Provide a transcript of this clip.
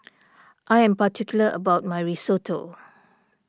I am particular about my Risotto